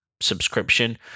subscription